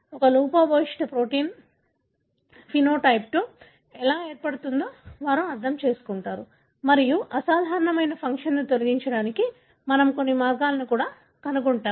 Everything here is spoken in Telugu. ఒక లోపభూయిష్ట ప్రోటీన్ ఫినోటైప్లో ఎలా ఏర్పడుతుందో వారు అర్థం చేసుకుంటారు మరియు అసాధారణమైన ఫంక్షన్ను తొలగించడానికి మనము కొన్ని మార్గాలను కూడా కనుగొనగలుగుతాము